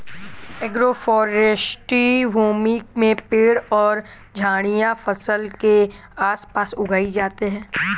agroforestry भूमि में पेड़ और झाड़ियाँ फसल के आस पास उगाई जाते है